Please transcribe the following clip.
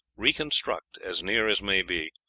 reconstruct, as near as may be,